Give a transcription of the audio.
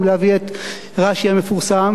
אם להביא את רש"י המפורסם,